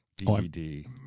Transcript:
DVD